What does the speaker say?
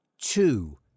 two